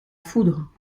foudre